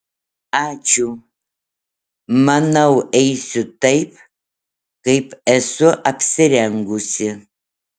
ačiū manau eisiu taip kaip esu apsirengusi